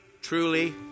truly